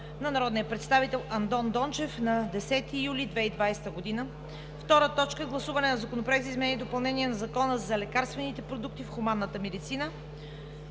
на народния представител Андон Дончев на 10 юли 2020 г. 2. Второ гласуване на Законопроекта за изменение и допълнение на Закона за лекарствените продукти в хуманната медицина.